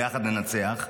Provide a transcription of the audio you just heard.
ביחד ננצח,